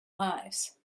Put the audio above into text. lives